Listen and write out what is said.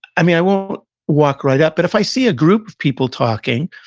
i mean, i will walk right up. but, if i see a group of people talking,